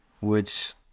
which-